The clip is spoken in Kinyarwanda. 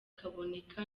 kaboneka